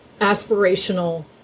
aspirational